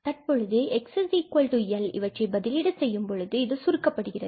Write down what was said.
தற்பொழுது xL இவற்றை பதிலீடு செய்யும் பொழுது இது சுருக்கப்படுகிறது